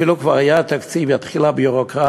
אפילו כבר היה תקציב, תתחיל הביורוקרטיה,